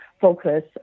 focus